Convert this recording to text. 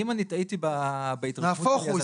נהפוך הוא.